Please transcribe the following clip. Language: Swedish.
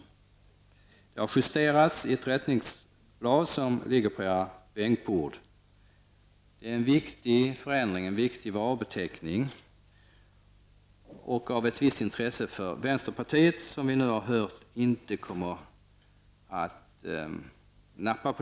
Detta har emellertid justerats, som framgår av det rättingsblad som finns på ledamöternas bänkar. Det är här fråga om en viktig varubeteckning. Dessutom är detta av visst intresse för vänsterpartiet, som -- det har vi hört -- inte kommer att ''nappa''.